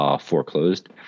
Foreclosed